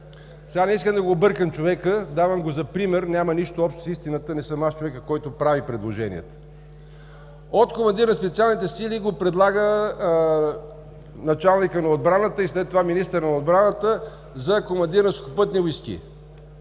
сили. Не искам да го бъркам човека, давам го за пример, няма нищо общо с истината, не съм аз човекът, който прави предложенията – от командир на Специалните сили началникът на отбраната и след това министърът на отбраната го предлагат за командир на Сухопътни войски.